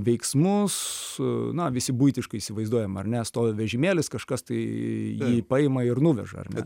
veiksmus na visi buitiškai įsivaizduojam ar ne stovi vežimėlis kažkas tai jį paima ir nuveža ar ne